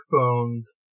phones